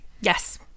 Yes